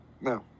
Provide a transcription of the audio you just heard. no